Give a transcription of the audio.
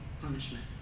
punishment